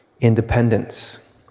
independence